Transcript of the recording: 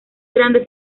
grandes